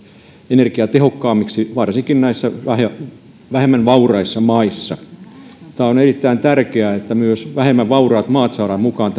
energiatehokkaammiksi varsinkin näissä vähemmän vauraissa maissa on erittäin tärkeää että myös vähemmän vauraat maat saadaan mukaan